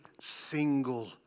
single